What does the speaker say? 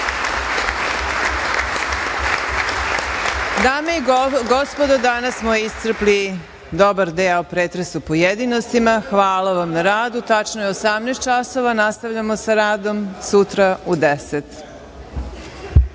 Dame i gospodo, danas smo iscrpli dobar deo pretresa u pojedinostima. Hvala vam na radu. Tačno je 18.00 časova. Nastavljamo sa radom sutra u 10.00